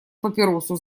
папиросу